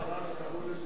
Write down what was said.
כבר אז קראו לזה